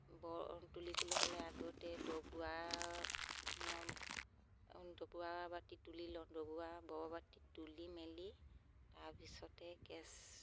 বৰ তুলিবলৈ হ'লে আগতে ডবোৱা ডবোৱা বাতি তুলি লওঁ ডবোৱা বৰ বাতি তুলি মেলি তাৰপিছতে কেচ